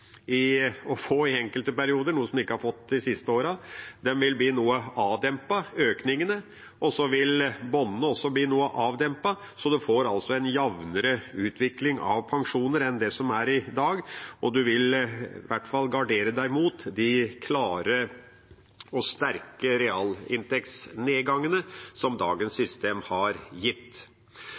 aktuelt å få i enkelte perioder, noe de ikke har fått de siste årene – vil bli noe avdempet, og så vil også bunnene bli noe avdempet. Så en får altså en jevnere utvikling av pensjoner enn i dag. En vil i hvert fall gardere seg mot de klare og sterke realinntektsnedgangene som dagens system har gitt.